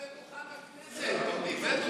זה דוכן הכנסת, דודי.